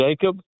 Jacob